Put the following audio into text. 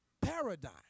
paradigm